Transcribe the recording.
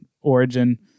origin